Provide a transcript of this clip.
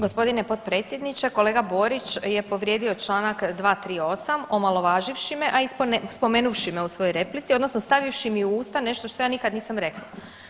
Gospodine potpredsjedniče, kolega Borić je povrijedio Članak 238., omalovaživši me, a i spomenuvši me u svojoj replici odnosno stavivši mi u usta nešto što ja nikad nisam rekla.